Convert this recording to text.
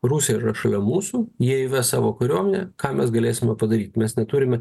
rusai yra šalia mūsų jie įves savo kariuomenę ką mes galėsime padaryt mes neturime